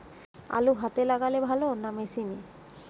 আলু হাতে লাগালে ভালো না মেশিনে?